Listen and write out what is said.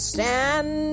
Stand